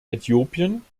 äthiopien